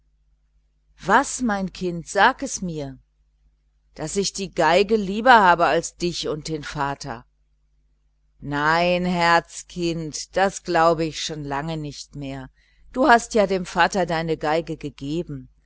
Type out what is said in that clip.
was mein kind komm sage es mir daß ich die violine lieber habe als dich und den vater nein herzkind das glaube ich schon lange nimmer du hast ja dem vater deine violine gegeben